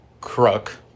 crook